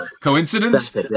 Coincidence